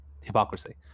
hypocrisy